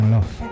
Love